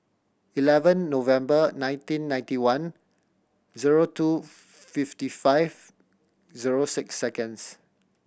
eleven November nineteen ninety one zero two fifty five zero six seconds